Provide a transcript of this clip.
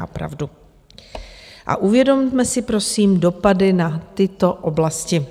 A uvědomme si, prosím, dopady na tyto oblasti.